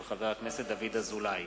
מאת חבר הכנסת דוד אזולאי,